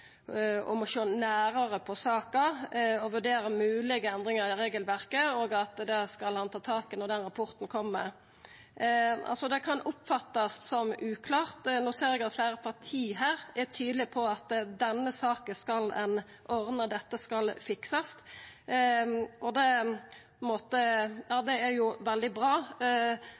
sjå nærare på saka og vurdera moglege endringar i regelverket, og at han skal ta tak i det når den rapporten kjem. Det kan oppfattast som uklart. No ser eg at fleire parti her er tydelege på at denne saka skal ein ordna, at dette skal fiksast. Det er jo veldig bra, men det er